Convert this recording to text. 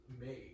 made